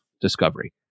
discovery